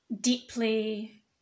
deeply